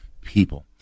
people